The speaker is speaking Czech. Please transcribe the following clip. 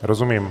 Rozumím.